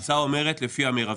ההצעה אומרת לפי המירבי.